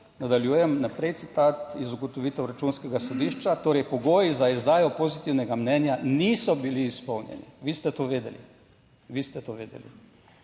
Nadaljujem naprej, citat iz ugotovitev Računskega sodišča. - "Torej, pogoji za izdajo pozitivnega mnenja niso bili izpolnjeni." - vi ste to vedeli, vi ste to vedeli.